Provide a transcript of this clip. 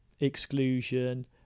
exclusion